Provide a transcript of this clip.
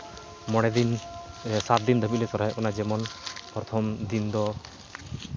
ᱢᱚᱬᱮ ᱫᱤᱱ ᱥᱟᱛ ᱫᱤᱱ ᱫᱷᱚᱨᱮ ᱞᱮ ᱥᱚᱨᱦᱟᱭᱚᱜ ᱠᱟᱱᱟ ᱡᱮᱢᱚᱱ ᱯᱨᱚᱛᱷᱚᱢ